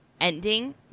ending